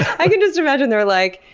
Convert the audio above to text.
i can just imagine. they're like,